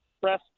press